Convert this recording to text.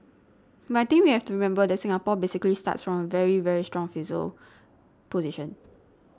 but I think we have to remember that Singapore basically starts from a very very strong fiscal position